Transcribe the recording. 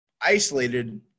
isolated